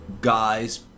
guys